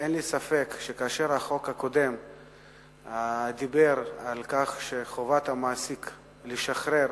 אין לי ספק שכאשר החוק הקודם דיבר על חובת המעסיק לשחרר